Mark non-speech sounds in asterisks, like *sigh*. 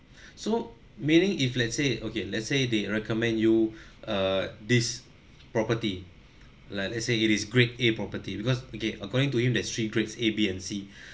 *breath* so meaning if let's say okay let's say they recommend you *breath* uh this property like let's say it is grade A property because okay according to him there's three grades A B and C *breath*